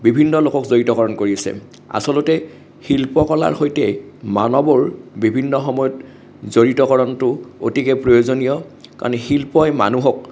বিভিন্ন লোকক জড়িতকৰণ কৰি আছে আচলতে শিল্পকলাৰ সৈতে মানৱৰ বিভিন্ন সময়ত জড়িতকৰণটো অতিকে প্ৰয়োজনীয় কাৰণ শিল্পই মানুহক